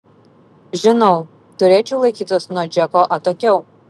žinau turėčiau laikytis nuo džeko atokiau